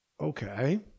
Okay